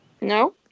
No